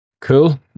cool